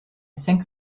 think